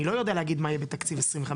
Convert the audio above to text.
אני לא יודע להגיד מה יהיה בתקציב 25-26,